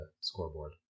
scoreboard